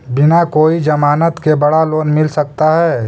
बिना कोई जमानत के बड़ा लोन मिल सकता है?